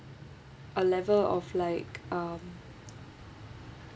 a level of like um